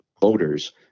voters